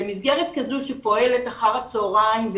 במסגרת כזו שפועלת אחר הצהריים,